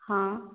हाँ